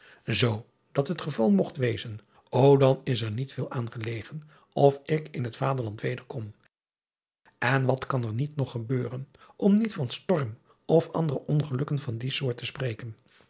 oo dat het geval mogt wezen ô dan is er niet veel aan gelegen of ik in het aderland wederkom n wat kan er niet nog gebeuren om niet van storm of andere ongelukken van die soort te spreken